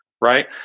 right